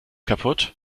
kaputt